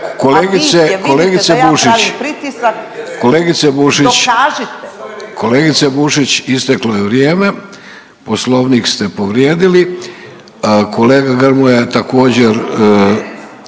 Kolegice Bušić, isteklo je vrijeme, Poslovnik ste povrijedili, kolega Grmoja je također,